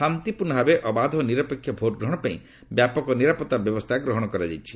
ଶାନ୍ତିପୂର୍ଣ୍ଣ ଭାବେ ଅବାଧ ଓ ନିରପେକ୍ଷ ଭୋଟ୍ଗ୍ରହଣ ପାଇଁ ବ୍ୟାପକ ନିରାପତ୍ତା ବ୍ୟବସ୍ଥା ଗ୍ରହଣ କରାଯାଇଛି